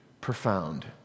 profound